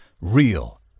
real